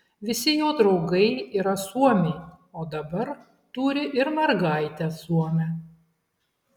visi jo draugai yra suomiai o dabar turi ir mergaitę suomę